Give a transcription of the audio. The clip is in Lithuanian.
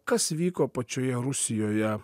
kas vyko pačioje rusijoje